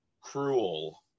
Cruel